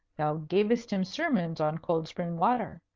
thou gavest him sermons on cold spring-water.